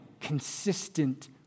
consistent